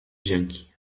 dzięki